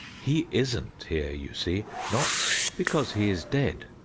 he isn't here you see, not because he is dead.